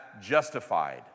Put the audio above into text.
justified